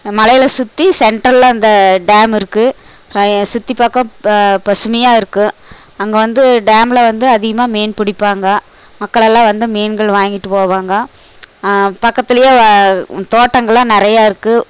மலைகளை சுற்றி சென்டரில் அந்த டேம் இருக்குது சுற்றி பார்க்க ப பசுமையாக இருக்கும் அங்கே வந்து டேமில் வந்து அதிகமாக மீன் பிடிப்பாங்க மக்களெல்லாம் வந்து மீன்கள் வாங்கிட்டு போவாங்க பக்கத்திலே தோட்டங்களெலாம் நிறையா இருக்குது